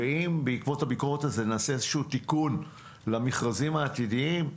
ואם בעקבות הביקורת הזאת נעשה איזשהו תיקון למכרזים העתידיים,